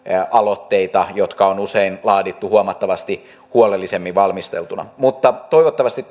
aloitteita jotka on usein laadittu huomattavasti huolellisemmin valmisteltuna mutta toivottavasti